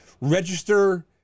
Register